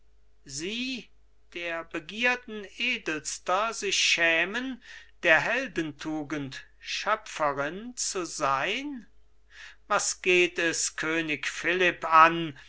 sie der begierden edelster sich schämen der heldentugend schöpferin zu sein was geht es könig philipp an